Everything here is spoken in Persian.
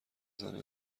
زنه